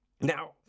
Now